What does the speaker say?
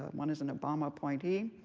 one is an obama appointee.